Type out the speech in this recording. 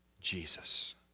Jesus